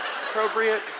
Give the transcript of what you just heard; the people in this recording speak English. appropriate